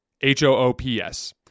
H-O-O-P-S